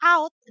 Out